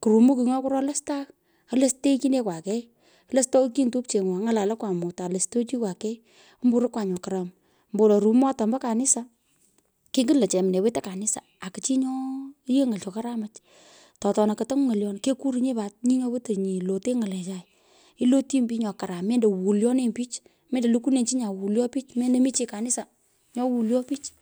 kurumu kigh nyo kuro kuro lastagh alusteghchinekwa kei. ilostoghchinyi tupchenyu any’alanakwa mut aloghstochikwa kei omburokwa nyo karam ombowolo rumu ata ombo kanisa lo chemnee wetoi kanisa aku chi nyo yioi ny’al cho karamach to atona kotomi ng’olyon ke kurinyi pat nyi nyo iwetei lotei ng’alechai ilotyinyi pich nyo karam mendo wolyonenyi pich mendo mi chi kanisa nyo wolyo pich.